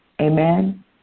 Amen